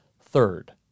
Third